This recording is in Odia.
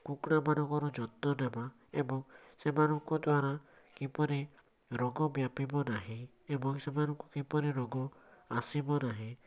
କୁକୁଡ଼ାମାନଙ୍କର ଯତ୍ନ ନେବା ଏବଂ ସେମାନଙ୍କ ଦ୍ୱାରା କିପରି ରୋଗ ବ୍ୟାପିବ ନାହିଁ ଏବଂ ସେମାନଙ୍କୁ କିପରି ରୋଗ ଆସିବ ନାହିଁ